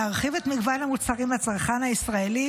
להרחיב את מגוון המוצרים לצרכן הישראלי